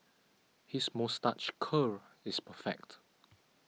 his moustache curl is perfect